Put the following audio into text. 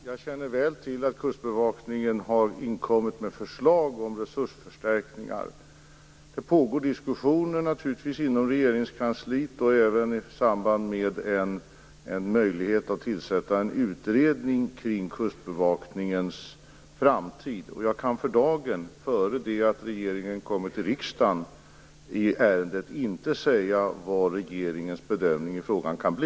Herr talman! Jag känner väl till att Kustbevakningen har inkommit med förslag om resursförstärkningar. Det pågår naturligtvis diskussioner inom Regeringskansliet om detta och även om möjligheten att tillsätta en utredning kring Kustbevakningens framtid. Jag kan för dagen, innan regeringen kommer till riksdagen i ärendet, inte säga vad regeringens bedömning i frågan kan bli.